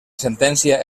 sentència